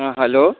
हाँ हलो